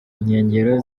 nkengero